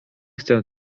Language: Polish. chcę